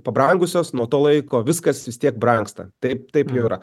pabrangusios nuo to laiko viskas vis tiek brangsta taip taip jau yra